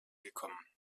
gekommen